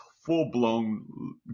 full-blown